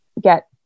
get